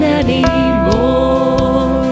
anymore